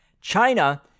China